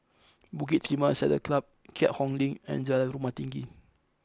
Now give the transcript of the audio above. Bukit Timah Saddle Club Keat Hong Link and Jalan Rumah Tinggi